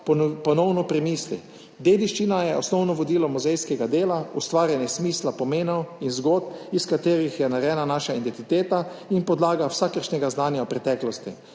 ponovno premisli. Dediščina je osnovno vodilo muzejskega dela, ustvarjanje smisla, pomenov in zgodb iz katerih je narejena naša identiteta in podlaga vsakršnega znanja o preteklosti.